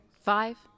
Five